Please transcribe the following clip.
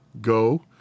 Go